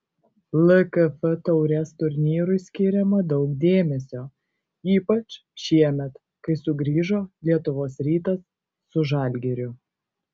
lkf taurės turnyrui skiriama daug dėmesio ypač šiemet kai sugrįžo lietuvos rytas su žalgiriu